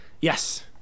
Yes